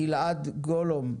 גלעד גולוב,